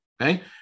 Okay